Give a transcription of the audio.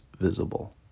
visible